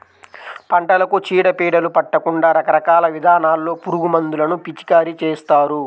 పంటలకు చీడ పీడలు పట్టకుండా రకరకాల విధానాల్లో పురుగుమందులను పిచికారీ చేస్తారు